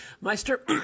Meister